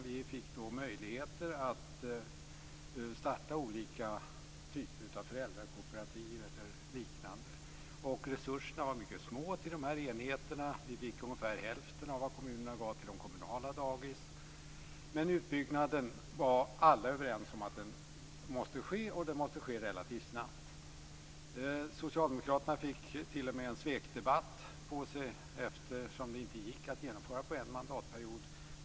Vi fick möjligheter att starta olika typer av föräldrakooperativ eller liknande. Resurserna var mycket små till dessa enheter. Vi fick ungefär hälften av vad kommunerna gav till kommunala dagis. Men alla var överens om att utbyggnaden måste ske och att den måste ske relativt snabbt. Socialdemokraterna fick t.o.m. en svekdebatt på sig eftersom det inte gick att genomföra utbyggnaden på en mandatperiod.